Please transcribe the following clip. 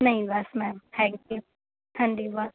ਨਹੀਂ ਬਸ ma'am thank you ਹਾਂਜੀ ਬਸ